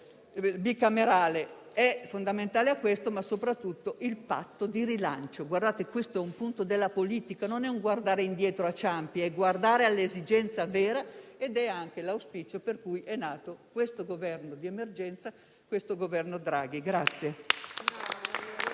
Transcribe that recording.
bicamerale è fondamentale da questo punto di vista, ma lo è soprattutto il patto di rilancio. Questo è un punto della politica, non è un guardare indietro a Ciampi, ma è guardare all'esigenza vera ed è anche l'auspicio per cui è nato questo Governo di emergenza, il Governo Draghi.